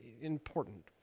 important